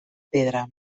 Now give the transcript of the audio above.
pedra